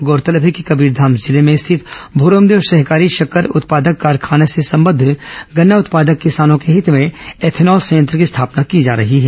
गौरतलब है कि कबीरधाम जिले में स्थित मोरमदेव सहकारी शक्कर उत्पादक कारखाना से संबद्ध गन्ना उत्पादक किसानों के हित में एथेनॉल संयंत्र की स्थापना की जा रही है